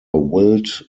willed